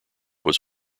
was